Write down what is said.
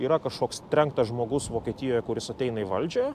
yra kažkoks trenktas žmogus vokietijoje kuris ateina į valdžią